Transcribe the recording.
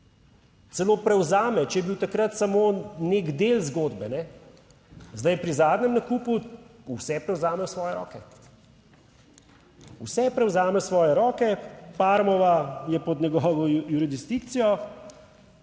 celo prevzame, če je bil takrat samo nek del zgodbe, zdaj pri zadnjem nakupu vse prevzame v svoje roke. Vse prevzame v svoje roke, Parmova je pod njegovo juridistikcijo.